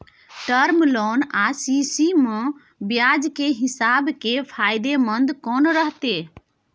Term loan आ CC म ब्याज के हिसाब से फायदेमंद कोन रहते?